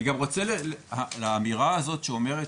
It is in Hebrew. אני גם רוצה להתייחס לאמירה הזו שאומרת